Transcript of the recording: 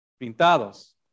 Pintados